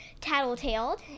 Tattletailed